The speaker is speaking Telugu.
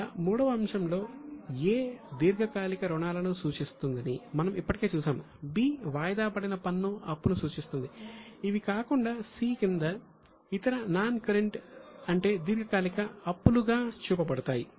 ఇక్కడ 3 వ అంశంలో 'a' దీర్ఘకాలిక రుణాలను సూచిస్తుందని మనం ఇప్పటికే చూశాము 'b' వాయిదాపడిన పన్ను అప్పును సూచిస్తుంది ఇవి కాకుండా 'c' కింద ఇతర నాన్ కరెంట్ లయబిలిటీ అప్పుగా చూపబడుతుంది